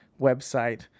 website